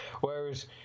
Whereas